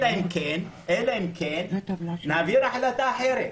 אלא אם כן נעביר החלטה אחרת,